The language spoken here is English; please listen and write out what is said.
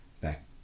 back